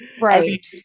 Right